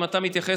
שאם אתה מתייחס,